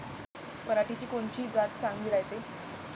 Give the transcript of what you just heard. पऱ्हाटीची कोनची जात चांगली रायते?